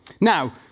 Now